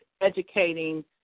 educating